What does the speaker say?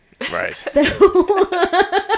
Right